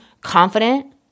confident